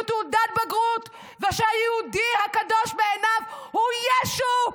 תעודת בגרות ושהיהודי הקדוש בעיניו הוא ישו,